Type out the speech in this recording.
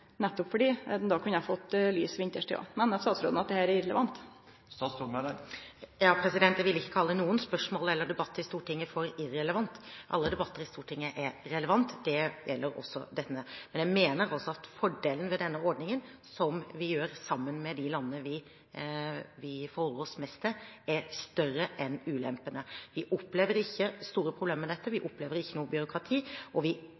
nettopp fordi ein då kunne fått lys vinterstid òg. Meiner statsråden at dette er irrelevant? Jeg vil ikke kalle noen spørsmål eller debatter i Stortinget irrelevante. Alle debatter i Stortinget er relevante, det gjelder også denne. Men jeg mener også at fordelene ved denne ordningen, som vi gjør sammen med de landene vi forholder oss mest til, er større enn ulempene. Vi opplever ikke store problemer med dette, vi opplever ikke noe byråkrati, og vi